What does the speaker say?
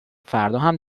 فرداهم